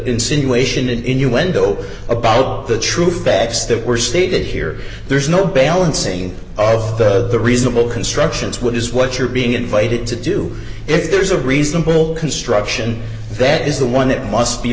insinuation innuendo about the true facts that were stated here there's no balancing of the reasonable constructions which is what you're being invited to do if there is a reasonable construction that is the one that must be